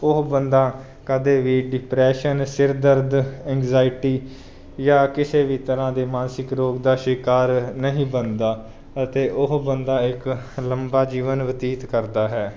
ਉਹ ਬੰਦਾ ਕਦੇ ਵੀ ਡਿਪਰੈਸ਼ਨ ਸਿਰ ਦਰਦ ਐਂਗਜਾਇਟੀ ਜਾਂ ਕਿਸੇ ਵੀ ਤਰ੍ਹਾਂ ਦੇ ਮਾਨਸਿਕ ਰੋਗ ਦਾ ਸ਼ਿਕਾਰ ਨਹੀਂ ਬਣਦਾ ਅਤੇ ਉਹ ਬੰਦਾ ਇੱਕ ਲੰਬਾ ਜੀਵਨ ਬਤੀਤ ਕਰਦਾ ਹੈ